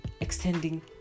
extending